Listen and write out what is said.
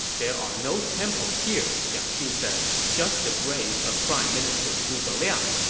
there are no temples here, jiang shu said, just the grave of prime minister zhuge liang.